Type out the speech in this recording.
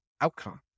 outcome